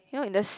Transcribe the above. you know in this